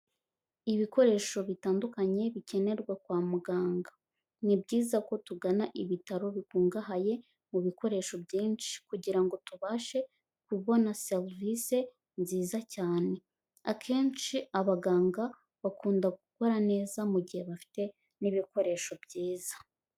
Ibikoresho bitandukanye bikenerwa kwa muganga. Ni byiza ko tugana ibitaro bikungahaye mu bikoresho byinshi kugira ngo tubashe kubona serivise nziza cyane. Akenshi abaganga bakunda gukora neza, mu gihe bafite n'ibikoresho byiza.